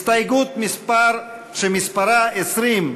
הסתייגות שמספרה 20,